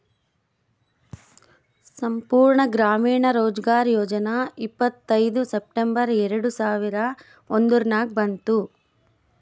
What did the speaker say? ಸಂಪೂರ್ಣ ಗ್ರಾಮೀಣ ರೋಜ್ಗಾರ್ ಯೋಜನಾ ಇಪ್ಪತ್ಐಯ್ದ ಸೆಪ್ಟೆಂಬರ್ ಎರೆಡ ಸಾವಿರದ ಒಂದುರ್ನಾಗ ಬಂತು